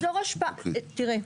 תראה,